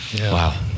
Wow